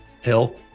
Hill